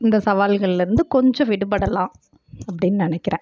இந்த சவால்கள்லேருந்து கொஞ்சம் விடுபடலாம் அப்படின் நினைக்கிறேன்